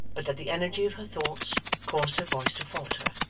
but that the energy of her thoughts caused her voice to falter,